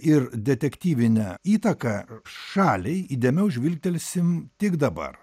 ir detektyvinę įtaką šaliai įdėmiau žvilgtelsim tik dabar